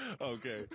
Okay